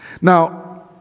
Now